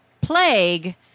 plague